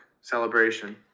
celebration